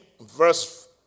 verse